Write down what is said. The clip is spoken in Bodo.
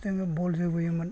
जोङो बल जोबोयोमोन